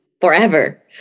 forever